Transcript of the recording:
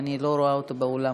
שאני לא רואה אותו באולם.